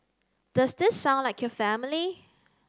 does this sound like your family